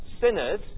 sinners